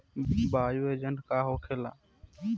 Bio agent का होखेला?